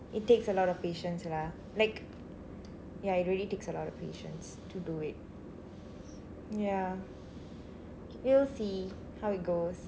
it takes a lot of patience lah like ya it really takes a lot of patience to do it ya we'll see how it goes